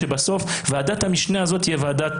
שבסוף ועדת המשנה הזאת תהיה ועדה